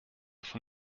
von